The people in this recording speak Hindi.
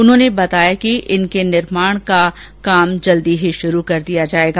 उन्होंने बताया कि इनके निर्माण का काम जल्द ही शुरू कर दिया जाएगा